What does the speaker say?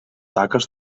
taques